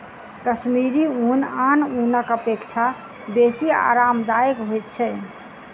कश्मीरी ऊन आन ऊनक अपेक्षा बेसी आरामदायक होइत छै